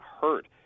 hurt